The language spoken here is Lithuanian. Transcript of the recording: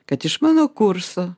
kad iš mano kurso